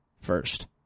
first